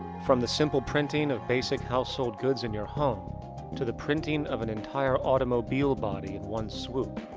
from the simple printing of basic household goods in your home to the printing of an entire automobile body in one swoop,